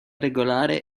regolare